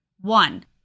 one